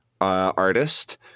artist